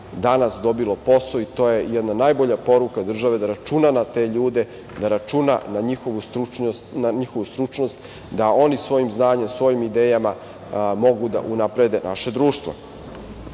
danas dobilo posao. To je najbolja poruka države da računa na te ljude, da računa na njihovu stručnost, da oni svojim znanjem, svojim idejama mogu da unaprede naše društvo.Za